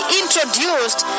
introduced